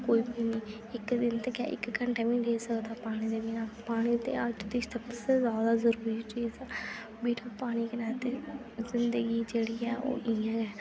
कोई बी निं इक्कै दिन ते क्या इक घैंटा बी निं रेई सकदा पानी दे बिना पानी दी ते अज्ज दी सबसे जैदा जरूरी चीज